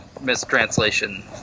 mistranslation